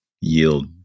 yield